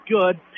good